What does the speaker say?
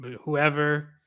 whoever